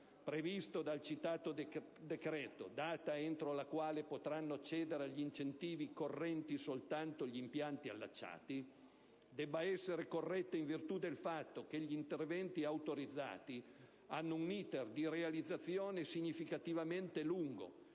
previsto dal citato decreto - data entro la quale potranno accedere agli incentivi correnti soltanto gli impianti allacciati - debba essere corretto, in virtù del fatto che gli interventi autorizzati hanno un *iter* di realizzazione significativamente lungo,